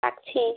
রাখছি